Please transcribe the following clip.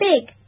big